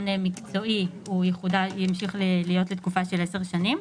מקצועי הוא ימשיך להיות לתקופה של 10 שנים.